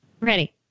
Ready